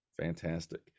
Fantastic